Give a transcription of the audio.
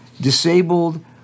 disabled